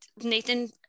Nathan